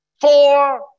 Four